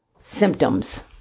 symptoms